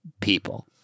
people